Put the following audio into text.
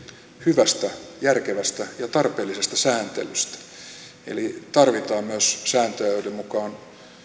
hyvästä järkevästä ja tarpeellisesta sääntelystä eli tarvitaan myös sääntöjä joiden mukaan